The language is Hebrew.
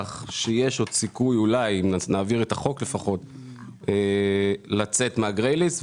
כך שיש עוד סיכוי אם נעביר את החוק לצאת מה-"grey list".